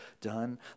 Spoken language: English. done